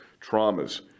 traumas